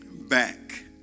back